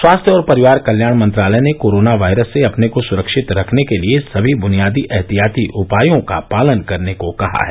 स्वास्थ्य और परिवार कल्याण मंत्रालय ने कोरोना वायरस से अपने को सुरक्षित रखने के लिए सभी बुनियादी एहतियाती उपायों का पालन करने को कहा है